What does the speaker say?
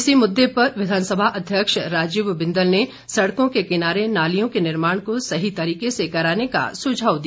इसी मुद्दे पर विधानसभा अध्यक्ष राजीव बिंदल ने सड़कों के किनारे नालियों के निर्माण को सही तरीके से कराने का सुझाव दिया